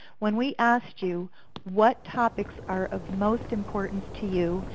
when we asked you what topics are of most importance to you,